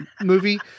movie